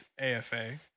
AFA